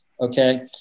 Okay